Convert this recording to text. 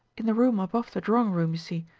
in the room above the drawing-room, you see.